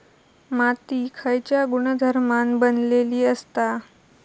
माती खयच्या गुणधर्मान बनलेली असता?